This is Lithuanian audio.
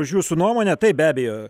už jūsų nuomonę taip be abejo